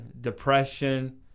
depression